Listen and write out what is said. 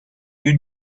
you